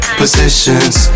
positions